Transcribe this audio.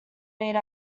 made